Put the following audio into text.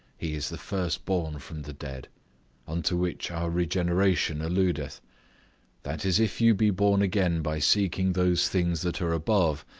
he is the first-born from the dead unto which our regeneration alludeth that is, if you be born again by seeking those things that are above,